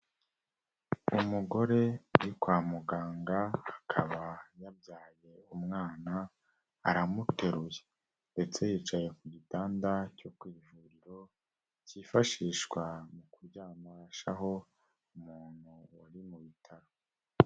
Umugore uri kwa muganga akaba yabyaye umwana aramuteruye, ndetse yicaye ku gitanda cyo ku ivuriro kifashishwa mu kuryamashaho umuntu uri mu bitaro.